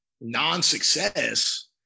non-success